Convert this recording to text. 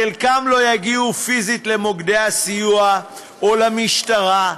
חלקם לא יגיעו פיזית למוקדי הסיוע או למשטרה,